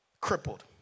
crippled